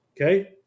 okay